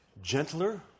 gentler